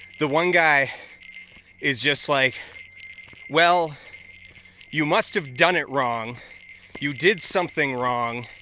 the one guy is just like well you must have done it wrong you did something wrong